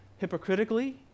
hypocritically